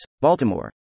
Baltimore